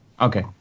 Okay